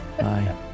Bye